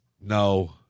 No